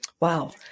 Wow